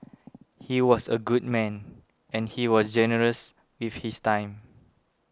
he was a good man and he was generous with his time